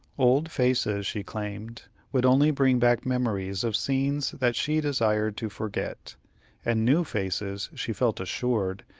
old faces, she claimed, would only bring back memories of scenes that she desired to forget and new faces, she felt assured,